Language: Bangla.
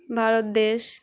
ভারত দেশ